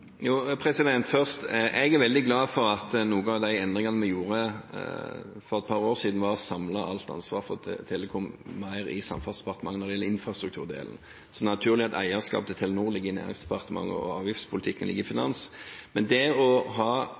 Jeg er veldig glad for at en av de endringene vi gjorde for et par år siden, var å samle alt ansvar for telekom mer i Samferdselsdepartementet når det gjelder infrastrukturdelen. Det er naturlig at eierskapet til Telenor ligger i Næringsdepartementet og avgiftspolitikken ligger i Finansdepartementet. Men det å ha